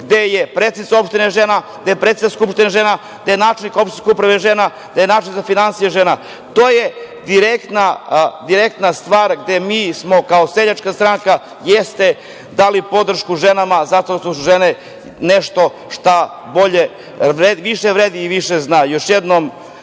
gde je predsednica opštine žena, gde je predsednica Skupštine žena, gde je načelnica opštinske uprave žena, gde je načelnica finansija žena. To je direktna stvar gde smo mi kao Seljačka stranka dali podršku ženama, zato što su žene nešto što više vredi i više zna. Još jednom,